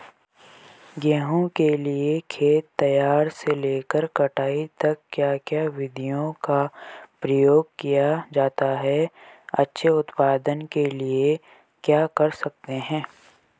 गेहूँ के लिए खेत तैयार से लेकर कटाई तक क्या क्या विधियों का प्रयोग किया जाता है अच्छे उत्पादन के लिए क्या कर सकते हैं?